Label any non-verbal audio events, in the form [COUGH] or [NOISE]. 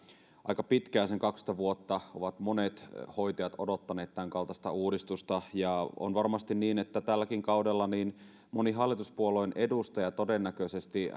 aika pitkään sen kaksitoista vuotta ovat monet hoitajat odottaneet tämänkaltaista uudistusta on varmasti niin että tälläkin kaudella montaa hallituspuolueen edustajaa todennäköisesti [UNINTELLIGIBLE]